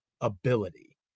ability